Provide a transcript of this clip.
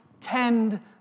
tend